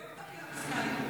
פיסקלי.